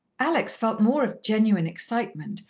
alex felt more of genuine excitement,